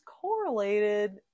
correlated